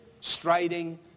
striding